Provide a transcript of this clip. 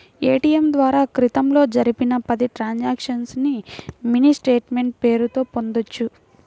ATM ద్వారా క్రితంలో జరిపిన పది ట్రాన్సక్షన్స్ ని మినీ స్టేట్ మెంట్ పేరుతో పొందొచ్చు